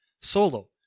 solo